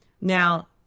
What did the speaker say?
Now